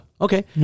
Okay